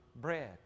bread